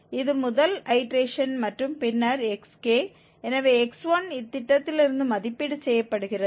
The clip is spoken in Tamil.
இது முதல் ஐடேரேஷன் மற்றும் பின்னர் xk எனவே x1 இத்திட்டத்திலிருந்து மதிப்பீடு செய்யப்படுகிறது